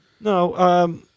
No